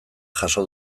jaso